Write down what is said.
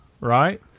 right